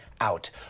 out